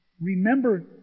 remember